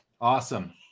Awesome